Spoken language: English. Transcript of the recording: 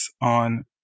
on